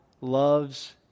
loves